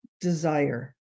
Desire